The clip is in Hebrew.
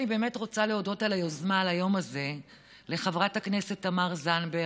אני באמת רוצה להודות על היוזמה ליום הזה לחברת הכנסת תמר זנדברג,